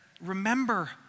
remember